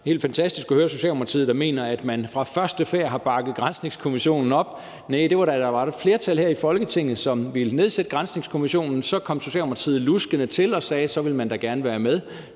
helt fantastisk at høre Socialdemokratiet, der mener, at man fra første færd har bakket granskningskommissionen op. Næh! Det var, da der var et flertal her i Folketinget, som ville nedsætte granskningskommissionen, at så kom Socialdemokratiet luskende til og sagde, at så ville man